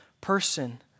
person